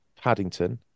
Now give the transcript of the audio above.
Paddington